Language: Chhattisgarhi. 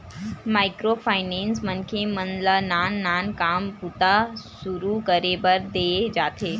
माइक्रो फायनेंस मनखे मन ल नान नान काम बूता सुरू करे बर देय जाथे